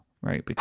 right